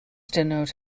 denote